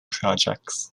projects